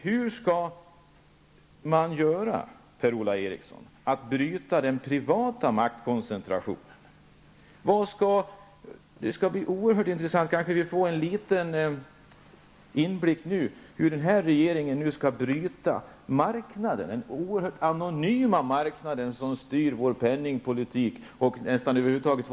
Hur skall man göra, Per-Ola Eriksson, för att bryta den privata maktkoncentrationen? Kanske får vi nu en liten inblick i hur regeringen skall bryta den oerhört anonyma marknad som styr vår penningpolitik och våra investeringar framöver.